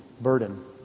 burden